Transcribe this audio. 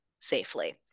safely